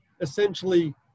essentially